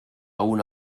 una